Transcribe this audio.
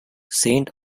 saint